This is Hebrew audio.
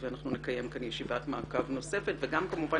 נקיים כאן ישיבת מעקב נוספת וגם כמובן